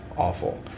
awful